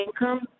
income